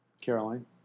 Caroline